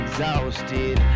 Exhausted